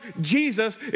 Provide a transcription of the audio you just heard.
Jesus